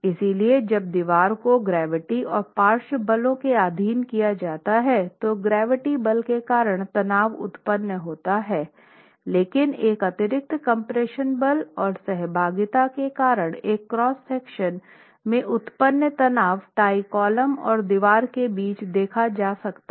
इसलिए जब दीवार को गुरुत्वाकर्षण और पार्श्व बलों के अधीन किया जाता है तो गुरुत्वाकर्षण बल के कारण तनाव उत्पन्न होता है लेकिन एक अतिरिक्त कम्प्रेशन बल और सहभागिता के कारण एक क्रॉस सेक्शन में उत्पन्न तनाव टाई कॉलम और दीवार के बीच देखा जा सकता है